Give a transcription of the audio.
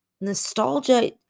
Nostalgia